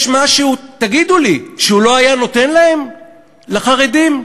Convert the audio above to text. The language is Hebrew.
יש משהו, תגידו לי, שהוא לא היה נותן להם, לחרדים?